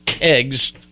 eggs